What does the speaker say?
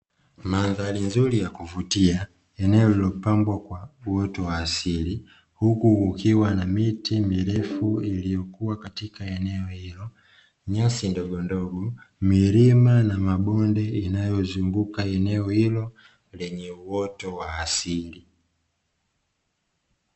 Mandhari nzuri ya kuvutia eneo lililopambwa kwa uoto wa asili huku kukiwa na miti mirefu iliyokuwa katika eneo hilo, nyasi ndogondogo, milima na mabunde inayoizunguka eneo hilo lenye uoto wa asili.